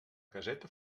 caseta